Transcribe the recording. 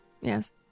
Yes